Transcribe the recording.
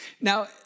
Now